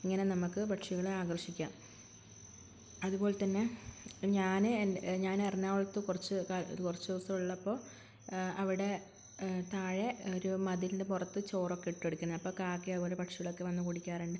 ഇങ്ങനെ നമുക്ക് പക്ഷികളെ ആകർഷിക്കാം അതുപോലെതന്നെ ഞാന് ഞാന് എറണാകുളത്ത് കുറച്ച് കുറച്ചു ദിവസമുള്ളപ്പോള് അവിടെ താഴെ ഒരു മതിലിൻ്റെ പുറത്ത് ചോറൊക്കെ ഇട്ടുകൊടുക്കുന്നതാണ് അപ്പോള് കാക്കയും അതുപോലെ പക്ഷികളുമൊക്കെ വന്നു കുടിക്കാറുണ്ട്